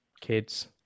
kids